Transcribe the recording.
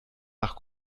nach